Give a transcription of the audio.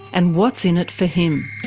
and what's in it for him?